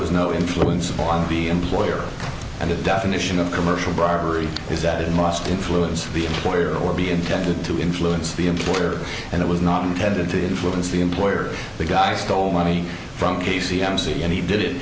was no influence on the employer and the definition of commercial bribery is that it must influence to be employer or be intended to influence the employer and it was not intended to influence the employer the guy stole money from casey honestly and he did it